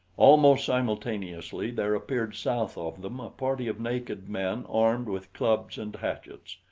almost simultaneously there appeared south of them a party of naked men armed with clubs and hatchets.